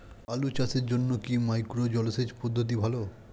আলু চাষের জন্য কি মাইক্রো জলসেচ পদ্ধতি ভালো?